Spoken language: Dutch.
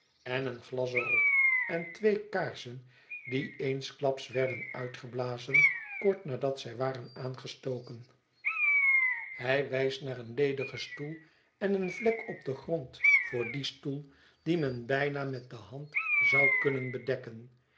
en een glas er op en twee kaarsen die eensklaps werden uitgeblazen kort nadat zij waren aangestoken hij wijst naar een ieverjaardag van het oudje digen stoel en eene vlek op den grond voor dien stoel die men bijna met de hand zou kunnen bedekken